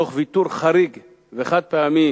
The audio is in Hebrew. תוך ויתור חריג וחד-פעמי